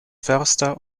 förster